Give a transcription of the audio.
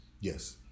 Yes